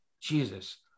jesus